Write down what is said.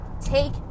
take